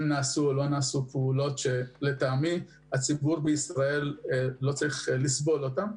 נעשו או לא נעשו פעולות שלטעמי הציבור בישראל לא צריך לסבול אותן.